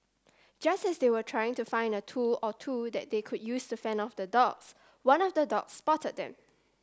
just as they were trying to find a tool or two that they could use to fend off the dogs one of the dogs spotted them